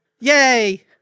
yay